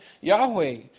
Yahweh